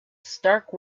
stark